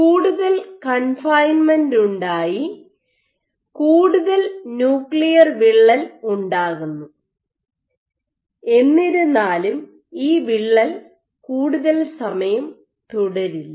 കൂടുതൽ കൺഫൈൻമെൻറ് ഉണ്ടായി കൂടുതൽ ന്യൂക്ലിയർ വിള്ളൽ ഉണ്ടാകുന്നു എന്നിരുന്നാലും ഈ വിള്ളൽ കൂടുതൽ സമയം തുടരില്ല